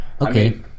Okay